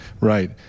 Right